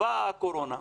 באה הקורונה.